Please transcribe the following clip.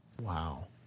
Wow